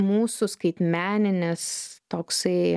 mūsų skaitmeninis toksai